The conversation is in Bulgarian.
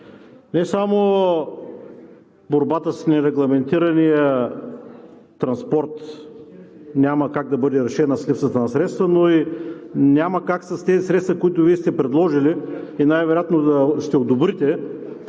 Не само борбата с нерегламентирания транспорт няма как да бъде решена с липсата на средства, но и няма как с тези средства, които Вие сте предложили и най-вероятно ще одобрите,